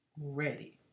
ready